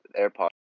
AirPod